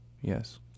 yes